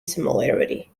similarity